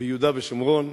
ביהודה ושומרון,